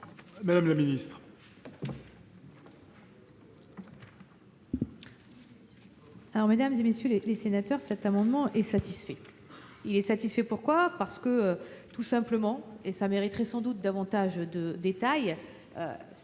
Mme la ministre.